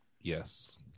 Yes